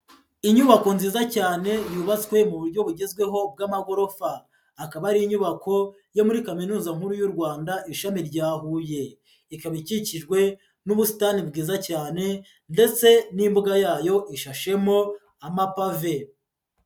Inyubako nziza cyane yubatswe mu buryo bugezweho bw'amagorofa, akaba ari inyubako yo muri Kaminuza nkuru y'u Rwanda ishami rya Huye, ikaba ikikijwe n'ubusitani bwiza cyane ndetse n'imbuga yayo ishashemo amapave.